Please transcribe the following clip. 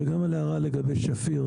גם על ההערה לגבי שפיר,